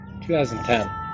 2010